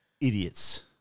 Idiots